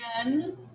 again